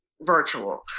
virtual